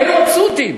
והיינו מבסוטים,